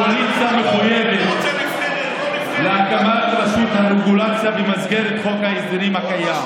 הקואליציה מחויבת להקמת רשות הרגולציה במסגרת חוק ההסדרים הקיים.